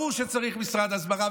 ברור שצריך משרד הסברה,